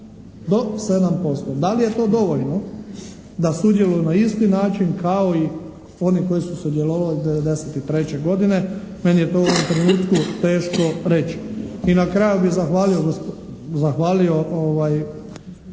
Do 7%. Da li je to dovoljno da sudjeluju na isti način kao i oni koji su sudjelovali 93. godine, meni je to u ovom trenutku teško reći. I na kraju bi zahvalio gospodinu